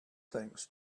things